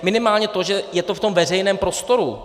Minimálně to, že je to v tom veřejném prostoru.